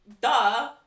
duh